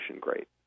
great